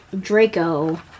Draco